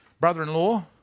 Brother-in-law